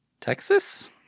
Texas